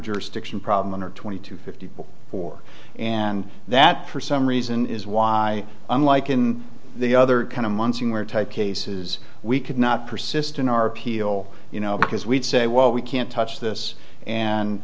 jurisdiction problem under twenty to fifty four and that for some reason is why unlike in the other kind of monsoon where type cases we could not persist in our peel you know because we'd say well we can't touch this and